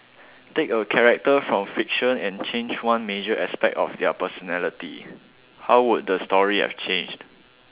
take a character from fiction and change one major aspect of their personality how would the story have changed